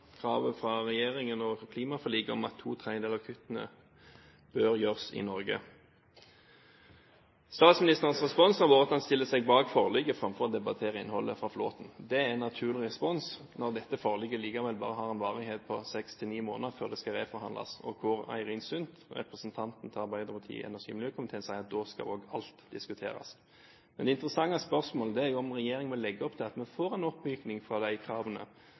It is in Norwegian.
kravet fra regjeringen og klimaforliket om at to tredjedeler av kuttene bør gjøres i Norge. Statsministerens respons har vært at han stiller seg bak forliket framfor å debattere innholdet fra Flåthen. Det er en naturlig respons når dette forliket likevel bare har en varighet på seks–ni måneder før det skal reforhandles. Eirin Sund, representanten til Arbeiderpartiet i energi- og miljøkomiteen, sier at da skal alt diskuteres. Men det interessante spørsmålet er jo om regjeringen må legge opp til at vi får en oppmyking av de kravene,